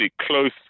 close